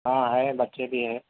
ہاں ہے بچے بھی ہیے